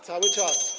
Cały czas.